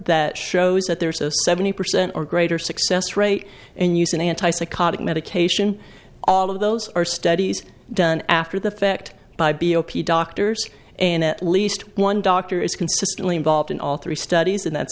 that shows that there's a seventy percent or greater success rate and use an anti psychotic medication all of those are studies done after the fact by b o p doctors and at least one doctor is consistently involved in all three studies and that